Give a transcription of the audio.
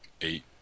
Eight